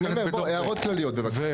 אז אני אומר, בוא, הערות כלליות בבקשה.